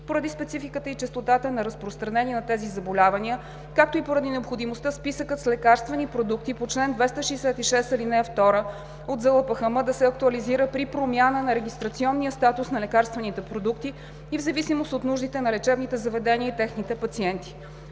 поради спецификата и честотата на разпространение на тези заболявания, както и поради необходимостта списъкът с лекарствени продукти по чл. 266, ал. 2 от ЗЛПХМ да се актуализира при промяна на регистрационния статус на лекарствените продукти и в зависимост от нуждите на лечебните заведения и техните пациенти.